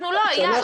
אנחנו לא, אייל.